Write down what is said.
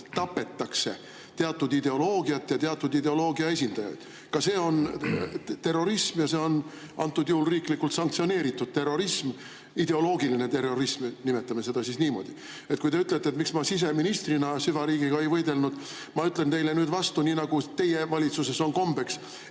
tapetakse teatud ideoloogiat ja teatud ideoloogia esindajaid. Ka see on terrorism, ja see on antud juhul riiklikult sanktsioneeritud terrorism – ideoloogiline terrorism, nimetame seda siis niimoodi. Kui te ütlete, miks ma siseministrina süvariigiga ei võidelnud, siis ma ütlen teile nüüd vastu nii, nagu teie valitsuses on kombeks: